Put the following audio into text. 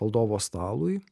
valdovo stalui